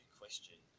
question